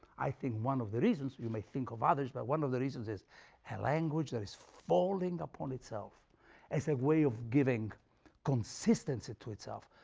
i think one of the reasons, you may think of others, but one of the reasons is a language that is falling upon itself as a way of giving consistency to itself.